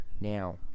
Now